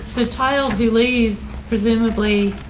the tile dilys presumably,